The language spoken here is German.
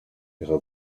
ihre